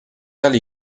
tal